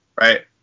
Right